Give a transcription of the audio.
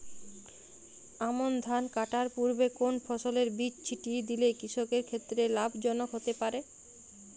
আমন ধান কাটার পূর্বে কোন ফসলের বীজ ছিটিয়ে দিলে কৃষকের ক্ষেত্রে লাভজনক হতে পারে?